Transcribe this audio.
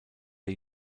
der